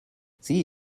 sie